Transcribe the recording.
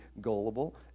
gullible